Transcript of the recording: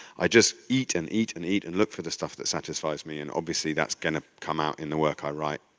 i just eat and eat and eat and look for the stuff that satisfies me, and obviously that's gonna come out in the work i write,